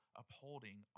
upholding